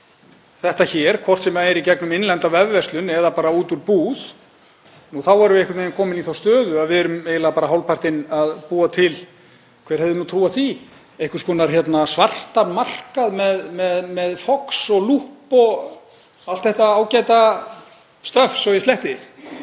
þetta hér, hvort sem er í gegnum innlenda vefverslun eða bara út úr búð, þá erum við komin í þá stöðu að við erum eiginlega hálfpartinn að búa til — hver hefði nú trúað því? — einhvers konar svartan markað með Fox og Loop og allt þetta ágæta stöff, svo ég sletti.